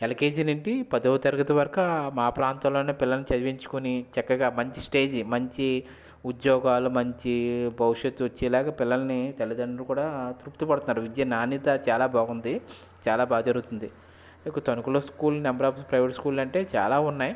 LKG నుండి పదవ తరగతి వరకా మా ప్రాంతంలోనే పిల్లని చదివించుకుని చక్కగా మంచి స్టేజి మంచి ఉద్యోగాలు మంచి భవిష్యత్తు వచ్చేలాగా పిల్లలని తల్లిదండ్రులు కూడా తృప్తి పడతారు విద్య నాణ్యత చాలా బాగుంది చాలా బాగా జరుగుతుంది తణుకులో school number of private school అంటే చాలా ఉన్నాయి